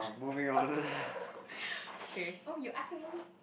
okay oh you ask me